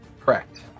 Correct